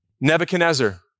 Nebuchadnezzar